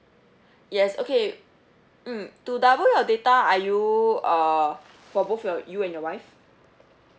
yes okay mm to double your data are you uh for both your you and your wife